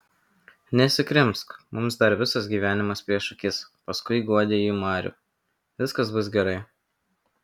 nesikrimsk mums dar visas gyvenimas prieš akis paskui guodė ji marių viskas bus gerai